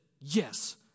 Yes